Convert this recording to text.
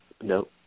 No